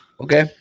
Okay